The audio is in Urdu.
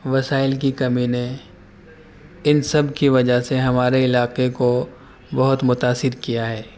وسائل کی کمی نے ان سب کی وجہ سے ہمارے علاقے کو بہت متأثر کیا ہے